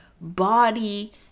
body